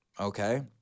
okay